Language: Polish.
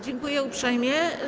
Dziękuję uprzejmie.